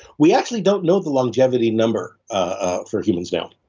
we actually don't know the longevity number ah for humans now